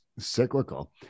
cyclical